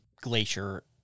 glacier